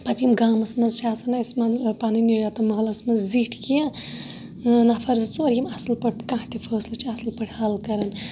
پَتہٕ یِم گامَس مَنٛز چھِ آسان اَسہِ مَطلَب پَنٕنۍ یَتھ مَحلَس مَنٛز زِٹھۍ کینٛہہ نَفَر زٕ ژور یِم اَصل پٲٹھۍ کانٛہہ تہِ فٲصلہٕ چھِ اَصل پٲٹھۍ حَل کَران